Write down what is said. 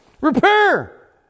Repair